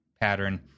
pattern